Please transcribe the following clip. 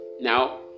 Now